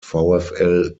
vfl